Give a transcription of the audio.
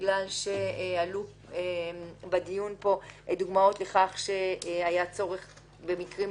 בגלל שעלו בדיון פה דוגמאות לכך שהיה צורך במקרים